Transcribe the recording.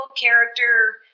character